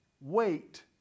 wait